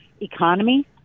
economy